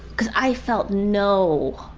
cause i felt no,